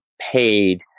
paid